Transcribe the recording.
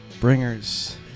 Bringers